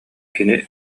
кини